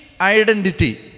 Identity